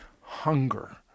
hunger